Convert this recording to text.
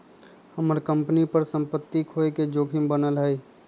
हम्मर कंपनी पर सम्पत्ति खोये के जोखिम बनल हई